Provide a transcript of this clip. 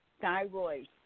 thyroid